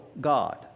God